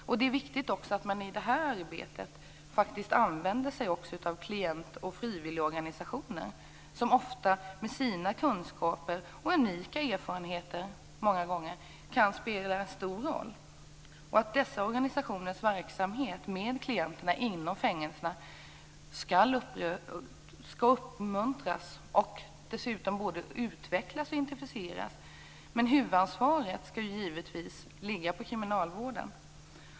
Det är också viktigt att man i det här arbetet använder sig av klientoch frivilligorganisationer, som ofta med sina kunskaper och unika erfarenheter kan spela en stor roll. Dessa organisationers verksamhet med klienterna inom fängelserna skall uppmuntras och dessutom både utvecklas och intensifieras, men huvudansvaret skall givetvis ligga på kriminalvården.